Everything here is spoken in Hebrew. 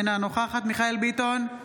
אינה נוכחת מיכאל מרדכי ביטון,